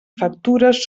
factures